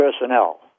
personnel